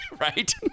Right